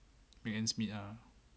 ah